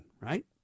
right